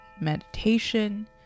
Meditation